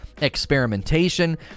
experimentation